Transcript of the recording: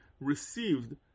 received